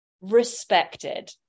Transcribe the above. respected